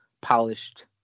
polished